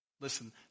Listen